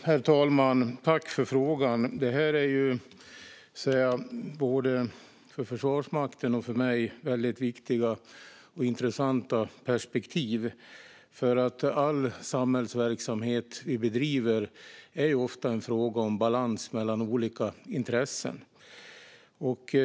Herr talman! Jag tackar för frågan. Det här är både för Försvarsmakten och för mig väldigt viktiga och intressanta perspektiv. I all samhällsverksamhet vi bedriver uppstår ofta frågor om balans mellan olika intressen.